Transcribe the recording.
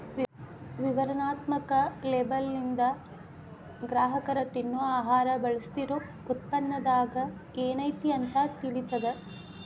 ವಿವರಣಾತ್ಮಕ ಲೇಬಲ್ಲಿಂದ ಗ್ರಾಹಕರ ತಿನ್ನೊ ಆಹಾರ ಬಳಸ್ತಿರೋ ಉತ್ಪನ್ನದಾಗ ಏನೈತಿ ಅಂತ ತಿಳಿತದ